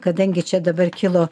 kadangi čia dabar kilo